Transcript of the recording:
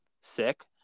sick